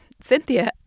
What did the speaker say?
Cynthia